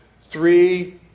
three